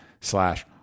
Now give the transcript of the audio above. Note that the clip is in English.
slash